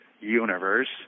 universe